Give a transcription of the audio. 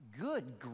good